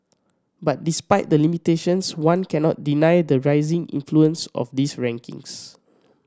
but despite the limitations one cannot deny the rising influence of these rankings